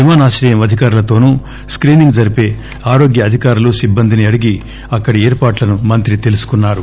విమానాశ్రయం అధికారులతోనూ స్కీనింగ్ జరిపే ఆరోగ్య అధికారులు సిబ్బందిని అడిగి అక్కడ ఏర్పాట్లను మంత్రి తెలుసుకున్నారు